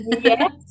Yes